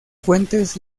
fuentes